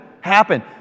happen